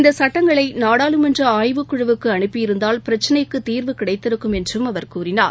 இந்தசட்டங்களைநாடாளுமன்றஆய்வுக் குழுவுக்குஅனுப்பி இருந்தால் பிரச்சினைக்குதீர்வு கிடைத்திருக்கும் என்றும் அவர் கூறினார்